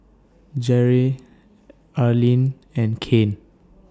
Jere Arleen and Kane